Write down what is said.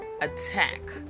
attack